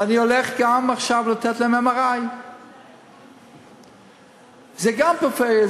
ואני הולך עכשיו לתת להם גם MRI. גם זה פריפריה,